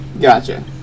Gotcha